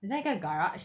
很像一个 garage